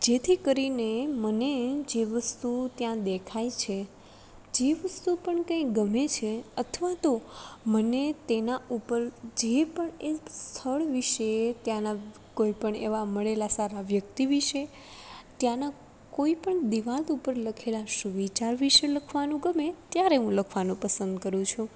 જેથી કરીને મને જે વસ્તુ ત્યાં દેખાય છે જે વસ્તુ પણ કંઈ ગમે છે અથવા તો મને તેના ઉપર જે પણ એક સ્થળ વિશે ત્યાંના કોઈપણ એવા મળેલા સારા વ્યક્તિ વિશે ત્યાંના કોઈ પણ દીવાલ ઉપર લખેલા સુવિચાર વિશે લખવાનું ગમે ત્યારે હું લખવાનું પસંદ કરું છું